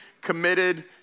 committed